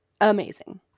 amazing